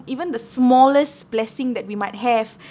even the smallest blessing that we might have